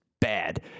bad